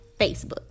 Facebook